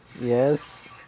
Yes